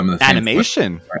Animation